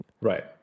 Right